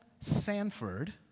Sanford